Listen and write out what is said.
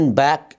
back